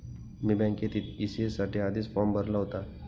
मी बँकेत ई.सी.एस साठी आधीच फॉर्म भरला होता